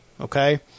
Okay